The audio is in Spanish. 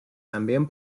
también